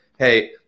hey